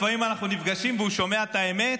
לפעמים אנחנו נפגשים והוא שומע את האמת.